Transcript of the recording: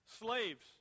slaves